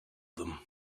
them